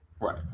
Right